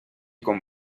con